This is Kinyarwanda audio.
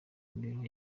imibereho